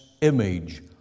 image